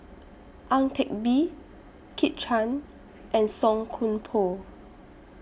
Ang Teck Bee Kit Chan and Song Koon Poh